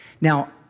Now